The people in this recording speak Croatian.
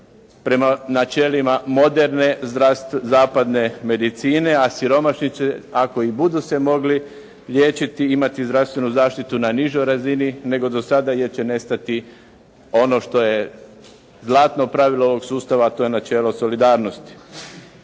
prema načelima moderne zapadne medicine, a siromašni će, ako i budu se mogli liječiti, imati zdravstvenu zaštitu na nižoj razini nego do sada jer će nestati ono što je zlatno pravilo ovog sustava, a to je načelo solidarnosti.